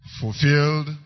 fulfilled